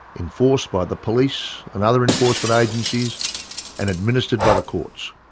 enforced by the police and other enforcement agencies and administered by the courts.